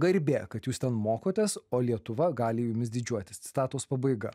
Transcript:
garbė kad jūs ten mokotės o lietuva gali jumis didžiuotis citatos pabaiga